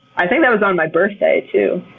i think that was on my birthday too.